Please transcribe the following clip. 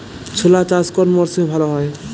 ছোলা চাষ কোন মরশুমে ভালো হয়?